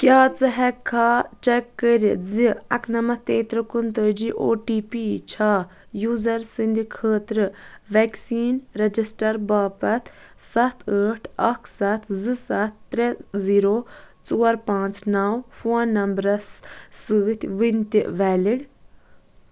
کیٛاہ ژٕ ہیٚکٕکھا چیک کٔرِتھ زِ اَکنَمٛتھ تیٚترہ کُنتٲجی او ٹی پی چھا یوٗزر سٕنٛدِ خٲطرٕ ویکسیٖن رجسٹر باپتھ سَتھ ٲٹھ اَکھ سَتھ زٕ سَتھ ترٛےٚ زیٖرَو ژور پانٛژھ نَو فون نمبرَس سۭتۍ وُنہِ تہِ ویلِڈ